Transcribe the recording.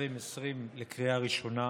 התש"ף 2020, לקריאה ראשונה.